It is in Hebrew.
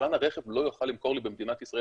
יצרן הרכב לא יוכל למכור לי במדינת ישראל